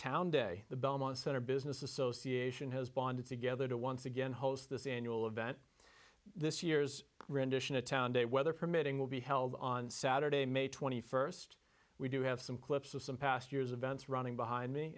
town day the belmont center business association has bonded together to once again host this annual event this year's rendition of town day weather permitting will be held on saturday may twenty first we do have some clips of some past years events running behind me